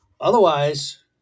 otherwise